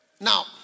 Now